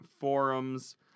forums